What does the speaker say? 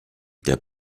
der